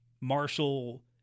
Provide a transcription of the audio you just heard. Marshall